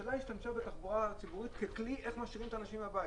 הממשלה השתמשה בתחבורה הציבורית ככלי איך משאירים את האנשים בבית,